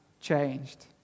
changed